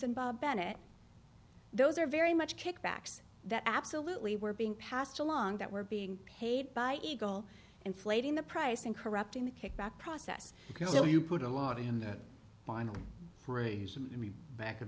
and bob bennett those are very much kickbacks that absolutely were being passed along that were being paid by eagle inflating the price and corrupting the kickback process so you put a lot in that final phrase and back it